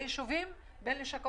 נמצאת